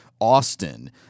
Austin